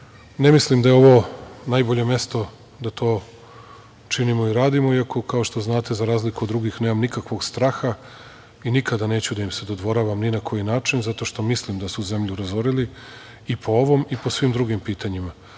mislim da je ovo najbolje mesto da to činimo i radimo, iako kao što znate, nemam nikakvog straha i nikada neću da im se dodvoravam ni na koji način, zato što mislim da su zemlju razorili i po ovom i po svim drugim